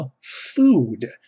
food